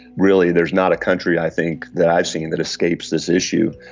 really there's not a country i think that i've seen that escapes this issue.